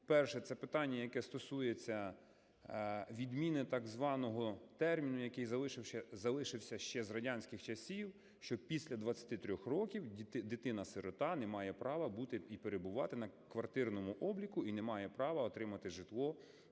Перше – це питання, яке стосується відміни так званого терміну, який залишився ще з радянських часів, що після 23 років дитина-сирота не має права бути і перебувати на квартирному обліку, і не має права отримати житло